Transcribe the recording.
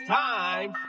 time